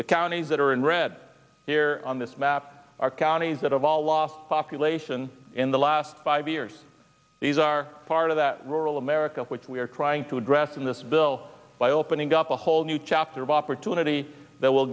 the counties that are in red here on this map are counties that have all lost population in the last five years these are part of that rural america which we are trying to address in this bill by opening up a whole new chapter of opportunity that will